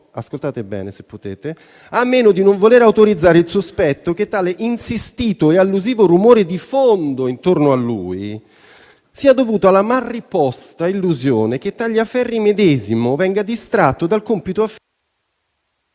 ascoltate bene, se potete - di non voler autorizzare il sospetto che tale insistito e allusivo rumore di fondo intorno a lui sia dovuto alla mal riposta illusione che Tagliaferri medesimo venga distratto dal compito affidatogli